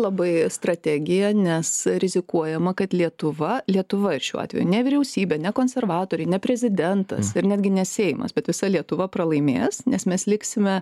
labai strategija nes rizikuojama kad lietuva lietuva šiuo atveju ne vyriausybė ne konservatoriai ne prezidentas ir netgi ne seimas bet visa lietuva pralaimės nes mes liksime